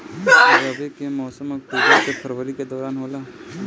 रबी के मौसम अक्टूबर से फरवरी के दौरान होला